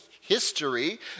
history